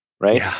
Right